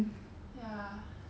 closet so